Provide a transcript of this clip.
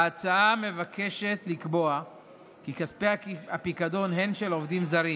ההצעה מבקשת לקבוע כי כספי הפיקדון הן של עובדים זרים